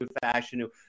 fashion